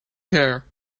care